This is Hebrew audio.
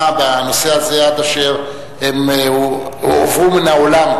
בנושא הזה עד אשר הם הועברו מן העולם,